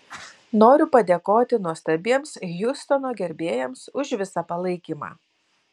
noriu padėkoti nuostabiems hjustono gerbėjams už visą palaikymą